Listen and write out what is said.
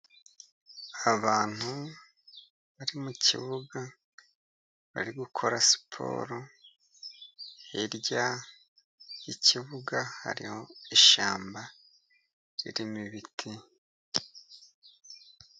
Abantu bari mukibuga, bari gukora siporo, hirya yikibuga hari ishyamba ririmo ibiti.